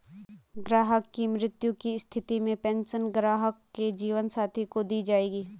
ग्राहक की मृत्यु की स्थिति में पेंशन ग्राहक के जीवन साथी को दी जायेगी